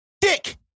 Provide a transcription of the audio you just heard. Dick